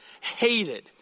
Hated